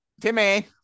Timmy